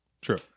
True